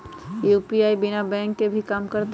UPI बिना bank के भी कम करतै?